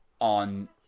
on